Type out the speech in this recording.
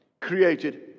created